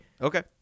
Okay